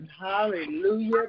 Hallelujah